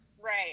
Right